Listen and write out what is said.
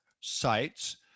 sites